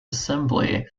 assembly